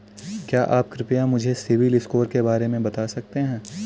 क्या आप कृपया मुझे सिबिल स्कोर के बारे में बता सकते हैं?